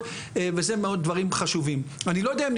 ואני אגיד,